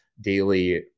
daily